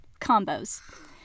combos